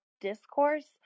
discourse